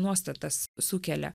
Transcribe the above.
nuostatas sukelia